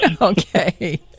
Okay